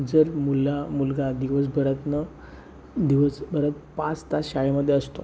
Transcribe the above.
जर मुला मुलगा दिवसभरातनं दिवसभरात पाच तास शाळेमध्ये असतो